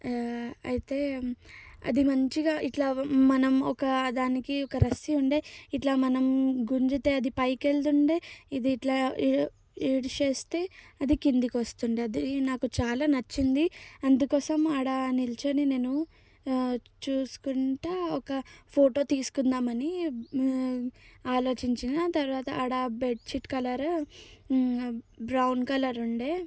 అయితే అది మంచిగా ఇట్లా మనం ఒక దానికి ఒక రస్సీ ఉండే ఇట్లా మనం గుంజితే అది పైకి వెళుతుండే ఇది ఇట్లా విడిచివేస్తే అది కిందికి వస్తుండే అది నాకు చాలా నచ్చింది అందుకోసం ఆడ నిల్చొని నేను చూసుకుంటాను ఒక ఫోటో తీసుకుందామని ఆలోచించిన తరువాత ఆడ బెడ్షీట్ కలరు బ్రౌన్ కలర్ ఉండే